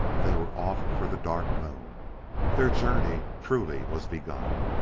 they were off for the dark moon their journey, truly, was begun.